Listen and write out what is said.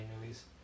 movies